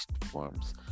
forms